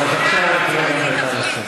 אבל עכשיו אני קורא אותך לסדר.